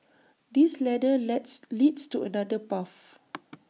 this ladder lets leads to another path